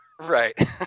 Right